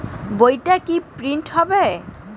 বইটা কি প্রিন্ট হবে?